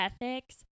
ethics